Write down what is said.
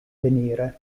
venire